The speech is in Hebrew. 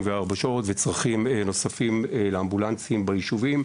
שעות וצרכים נוספים לאמבולנסים בישובים.